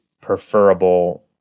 preferable